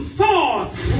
thoughts